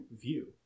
view